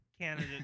candidate